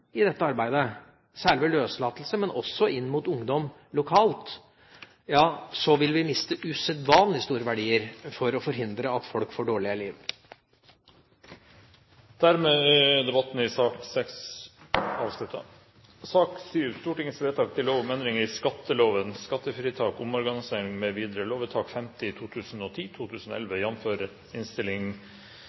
i dette arbeidet, særlig ved løslatelse, men også inn mot ungdom lokalt, vil vi miste usedvanlig store verdier når det gjelder å forhindre at folk får et dårligere liv. Dermed er debatten i sak nr. 6 avsluttet. Ingen har bedt om ordet. Da er vi klare til